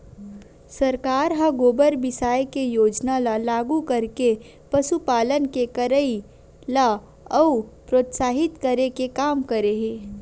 सरकार ह गोबर बिसाये के योजना ल लागू करके पसुपालन के करई ल अउ प्रोत्साहित करे के काम करे हे